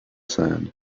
sand